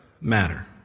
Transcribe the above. matter